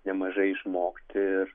nemažai išmokti ir